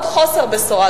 עוד חוסר בשורה,